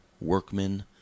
workmen